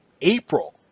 april